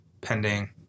pending